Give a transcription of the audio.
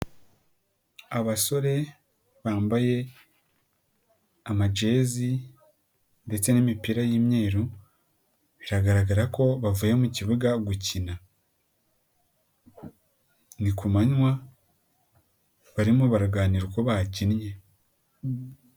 Abasore bambaye amajezi ndetse n'imipira y'imyeru, biragaragara ko bavuye mu kibuga gukina. Ni kumanywa, barimo baraganira uko bakinnye.